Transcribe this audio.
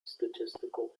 statistical